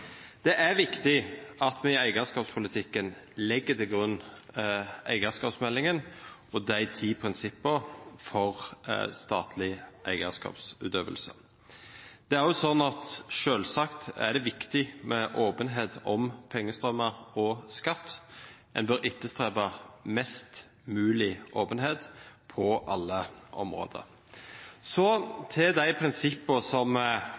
Det er viktig at vi i eierskapspolitikken legger til grunn eierskapsmeldingen og de ti prinsippene for statlig eierskapsutøvelse. Det er selvsagt også viktig med åpenhet om pengestrømmer og skatt. En bør etterstrebe mest mulig åpenhet på alle områder. Så til de prinsippene som